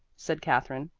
said katherine.